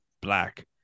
black